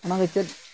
ᱚᱱᱟᱜᱮ ᱪᱮᱫ